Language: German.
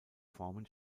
formen